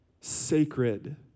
sacred